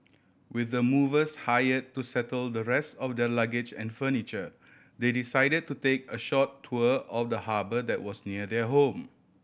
with the movers hire to settle the rest of their luggage and furniture they decided to take a short tour of the harbour that was near their home